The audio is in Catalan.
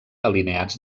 alineats